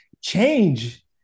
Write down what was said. change